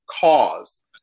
cause